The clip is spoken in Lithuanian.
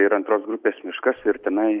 ir antros grupės miškas ir tenai